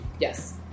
yes